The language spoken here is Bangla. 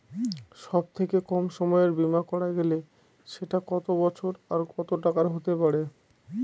সব থেকে কম সময়ের বীমা করা গেলে সেটা কত বছর আর কত টাকার হতে পারে?